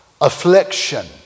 affliction